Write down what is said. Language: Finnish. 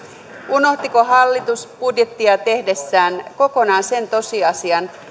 unohtiko hallitus budjettia tehdessään kokonaan sen tosiasian